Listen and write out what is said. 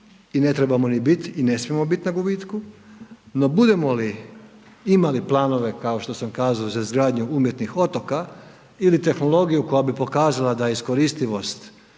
i ne trebamo ni biti i ne smijemo biti na gubitku, no budemo li imali planove kao što sam kazao za izgradnju umjetnih otoka ili tehnologiju koja bi pokazala da je iskoristivost